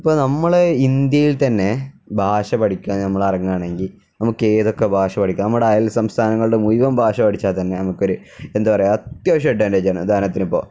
ഇപ്പോള് നമ്മള് ഇന്ത്യയിൽ തന്നെ ഭാഷ പഠിക്കാൻ നമ്മളിറങ്ങുകയാണെങ്കില് നമുക്ക് ഏതൊക്കെ ഭാഷ പഠിക്കാം നമ്മുടെ അയൽ സംസ്ഥാനങ്ങളുടെ മുഴുവന് ഭാഷ പഠിച്ചാല്ത്തന്നെ നമുക്കൊരു എന്താ പറയുക അത്യാവശ്യം അഡ്വാന്റേജാണ് ഉദാഹരണത്തിനിപ്പോള്